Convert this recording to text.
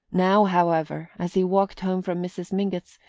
now, however, as he walked home from mrs. mingott's,